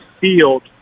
field